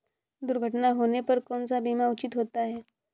दुर्घटना होने पर कौन सा बीमा उचित होता है?